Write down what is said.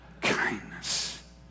Kindness